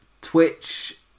Twitch